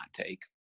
take